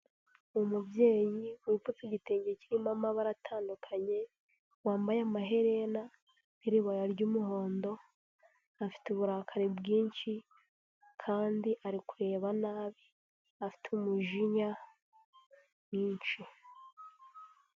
Umubyeyi wipfutse igitenge kirimo amabara atandukanye, wambaye amaherena n'iribaya ry'umuhondo, afite uburakari bwinshi kandi ari kureba nabi afite umujinya mwinshi.